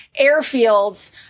airfields